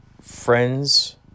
Friends